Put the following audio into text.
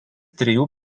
trijų